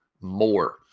more